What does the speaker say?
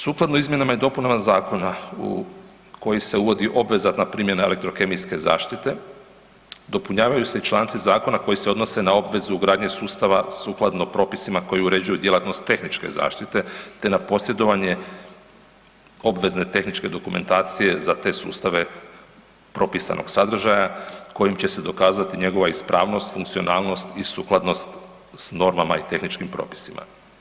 Sukladno izmjenama i dopunama zakona u koji se uvodi obvezatna primjena elektrokemijske zaštite, dopunjavaju se i članci zakona koje se odnose na obvezu ugradnje sustava sukladno propisima koji uređuju djelatnost tehničke zaštite te na posjedovanje obvezne tehničke dokumentacije za te sustave propisanog sadržaja kojim će se dokazati njegova ispravnost, funkcionalnost i sukladnost s normama i tehničkim propisima.